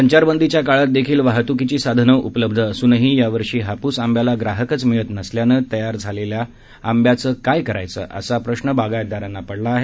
संचारबंदीच्या काळात देखील वाहतुकीची साधनं उपलब्ध असुनही यावर्षी हापूस आंब्याला ग्राहकच मिळत नसल्यानं तयार झालेल्या आंब्याच करायचं काय असा प्रश्न बागायतदारांना पडला आहे